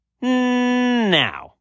now